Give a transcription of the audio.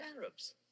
Arabs